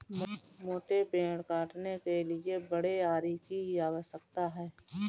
मोटे पेड़ काटने के लिए बड़े आरी की आवश्यकता है